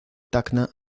tacna